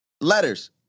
letters